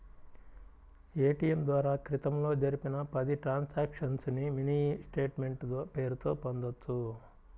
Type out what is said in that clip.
ATM ద్వారా క్రితంలో జరిపిన పది ట్రాన్సక్షన్స్ ని మినీ స్టేట్ మెంట్ పేరుతో పొందొచ్చు